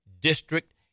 district